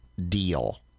deal